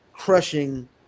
crushing